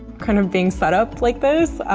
kind of being set up like this.